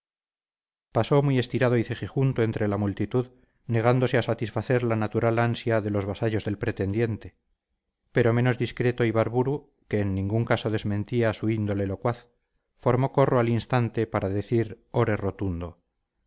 pasó muy estirado y cejijunto entre la multitud negándose a satisfacer la natural ansia de los vasallos del pretendiente pero menos discreto ibarburu que en ningún caso desmentía su índole locuaz formó corro al instante para decir ore rotundo